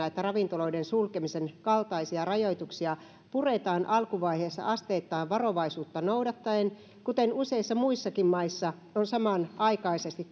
että ravintoloiden sulkemisen kaltaisia rajoituksia puretaan alkuvaiheessa asteittain varovaisuutta noudattaen kuten useissa muissakin maissa on samanaikaisesti